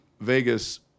Vegas